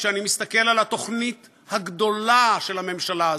כשאני מסתכל על התוכנית הגדולה של הממשלה הזאת,